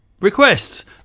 Requests